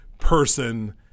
person